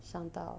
伤到